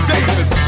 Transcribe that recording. Davis